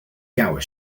gower